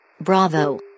Bravo